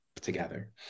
together